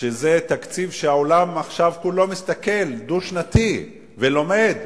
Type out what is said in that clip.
שזה תקציב שכל העולם עכשיו מסתכל, דו-שנתי, ולומד.